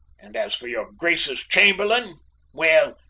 and as for your grace's chamberlain well,